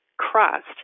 crust